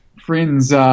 friends –